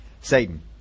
Satan